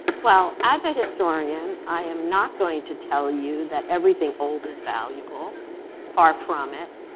well, as a historian, i am not going to tell you that everything old is valuable far from it.